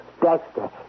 Dexter